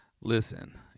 Listen